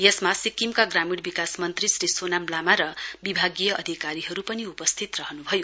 यसमा सिक्किम ग्रामीण विकास मनत्री श्री सोनाम लामा र विभागीय अधिकारीहरु उपस्थित रहनुभयो